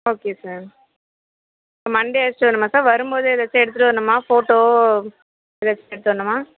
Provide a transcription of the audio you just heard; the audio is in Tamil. ஓகே சார் மண்டே அழைசிட்டு வரணுமா சார் வரும்மோது ஏதாச்சும் எடுத்துட்டு வரணுமா ஃபோட்டோ ஏதாச்சும் எடுத்து வரணுமா